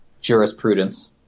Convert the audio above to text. jurisprudence